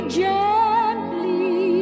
gently